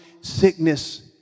sickness